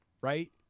right